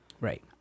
Right